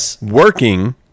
working